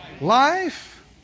Life